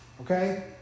Okay